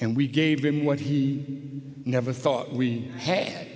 and we gave him what he never thought we had